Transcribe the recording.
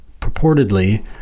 purportedly